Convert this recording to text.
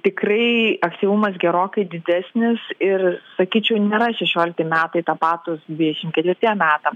tikrai aktyvumas gerokai didesnis ir sakyčiau nėra šešiolikti metai tapatūs dviešim ketvirtiem metam